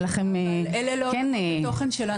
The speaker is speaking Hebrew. לכם כן --- אבל אלה לא עולמות התוכן שלנו.